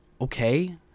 okay